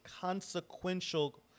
consequential